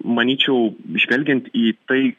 manyčiau žvelgiant į tai